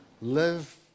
live